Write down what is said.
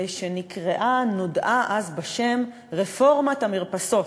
והיא נודעה אז בשם "רפורמת המרפסות".